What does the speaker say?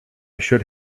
should